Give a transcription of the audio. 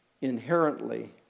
inherently